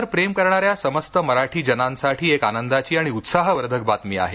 वर प्रेम करणाऱ्या समस्त मराठी जनांसाठी एक आनंदाची आणि उत्साहवर्धक बातमी आहे